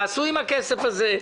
מה עשו עם הכסף הזה,